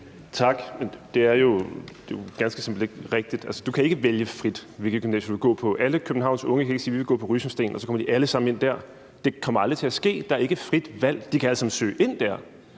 Tak, men det er jo ganske simpelt ikke rigtigt. Du kan ikke frit vælge, hvilket gymnasium du vil gå på. Alle Københavns unge kan ikke sige, at de vil gå på Rysensteen og så komme ind dér – det kommer aldrig til at ske. Der er ikke frit valg. De kan alle sammen søge ind dér,